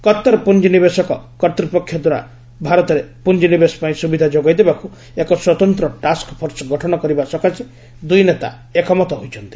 କତ୍ତର ପୁଞ୍ଜିନିବେଶକ କର୍ତ୍ତପକ୍ଷଦ୍ୱାରା ଭାରତରେ ପ୍ରଞ୍ଜିନିବେଶ ପାଇଁ ସ୍ରବିଧା ଯୋଗାଇ ଦେବାକୃ ଏକ ସ୍ୱତନ୍ତ୍ର ଟାସ୍କ ଫୋର୍ସ ଗଠନ କରିବା ସକାଶେ ଦୁଇ ନେତା ଏକମତ ହୋଇଛନ୍ତି